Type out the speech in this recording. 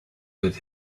with